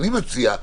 אני מציע,